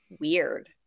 weird